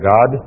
God